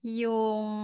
yung